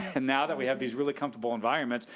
and now that we have these really comfortable environments,